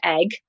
egg